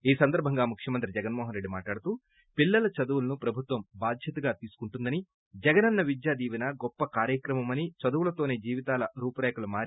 ఈ సందర్భంగా ముఖ్యమంత్రి జగన్మోహనరెడ్డి పూట్లాడుతూ పిల్లల చదువులను ప్రభుత్వం తీసుకుంటోందని జగనన్న విద్యాదీపెన గొప్ప కార్యక్రమమని చదువుతోనే జీవితాలో రూపు రేఖలు మారి